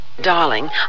Darling